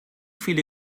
viele